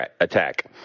attack